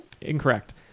Incorrect